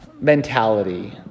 mentality